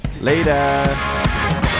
Later